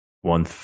One